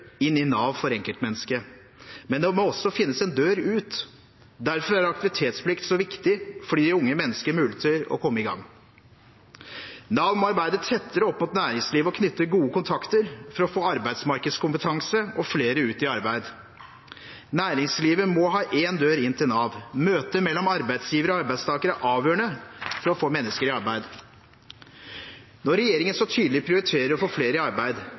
inn i Nav for enkeltmennesket, men det må også finnes en dør ut. Derfor er aktivitetsplikt så viktig, for det gir unge mennesker mulighet til å komme i gang. Nav må arbeide tettere opp mot næringslivet og knytte gode kontakter for å få arbeidsmarkedskompetanse og flere ut i arbeid. Næringslivet må ha en dør inn til Nav. Møte mellom arbeidsgiver og arbeidstaker er avgjørende for å få mennesker i arbeid. Når regjeringen så tydelig prioriterer å få flere i arbeid,